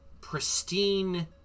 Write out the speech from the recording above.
pristine